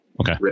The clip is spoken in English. Okay